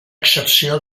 excepció